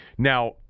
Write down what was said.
Now